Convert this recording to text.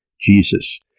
Jesus